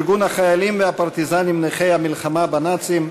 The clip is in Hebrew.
ארגון החיילים והפרטיזנים נכי המלחמה בנאצים,